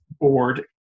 board